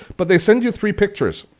but they send you three pictures.